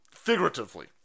Figuratively